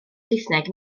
saesneg